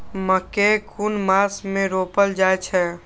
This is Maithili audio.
मकेय कुन मास में रोपल जाय छै?